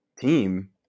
team